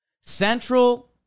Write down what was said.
Central